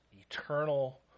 eternal